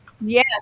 Yes